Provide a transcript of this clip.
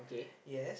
yes